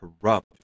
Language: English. corrupt